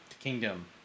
Kingdom